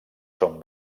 són